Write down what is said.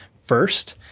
first